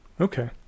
Okay